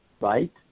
right